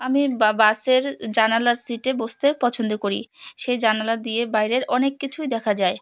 আমি বা বাসের জানালার সিটে বসতে পছন্দ করি সেই জানালা দিয়ে বাইরের অনেক কিছুই দেখা যায়